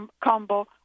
combo